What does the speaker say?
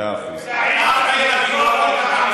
אתה יכול רק להתעמת עם